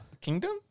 Kingdom